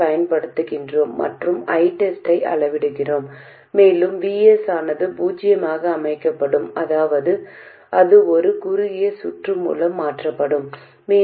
இப்போது இந்த எக்ஸ்ப்ரெஷனில் நீங்கள் gm ஐ பூஜ்ஜியமாக அமைத்தால் பதில் RG Rs எனவே இது நல்லறிவு சரிபார்ப்பை திருப்திப்படுத்துகிறது